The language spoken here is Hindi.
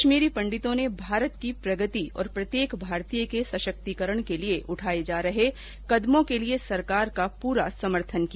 कश्मीरी पंडितों ने भारत की प्रगति और प्रत्येक भारतीय के सशक्तिकरण के लिए उठाये जा रहे कदमों के लिए सरकार का पूरा समर्थन किया